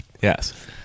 Yes